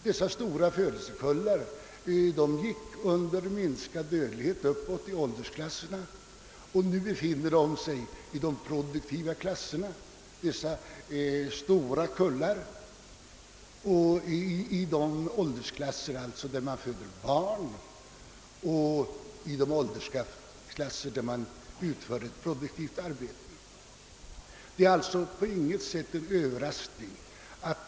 De barn som föddes passerade under minskad dödlighet uppåt i åldersklasserna, och nu befinner sig en alltmer ökad befolkning i de åldersklasser där man föder barn och där man utför produktivt arbete.